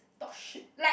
dog shit